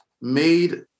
made